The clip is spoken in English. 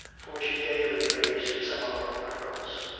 for she daily raised some of her articles.